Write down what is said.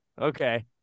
Okay